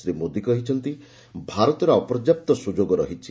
ଶ୍ରୀ ମୋଦି କହିଛନ୍ତି ଭାରତରେ ଅପର୍ଯ୍ୟାପ୍ତ ସୁଯୋଗ ରହିଛି